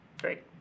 Great